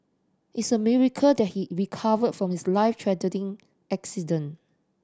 it's a miracle that he recovered from his life threatening accident